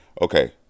okay